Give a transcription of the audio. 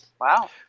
wow